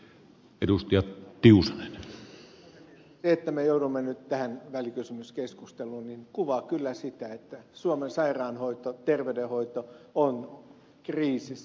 se että me jouduimme nyt tähän välikysymyskeskusteluun niin kuvaa kyllä sitä että suomen sairaanhoito terveydenhoito on kriisissä